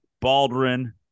Baldwin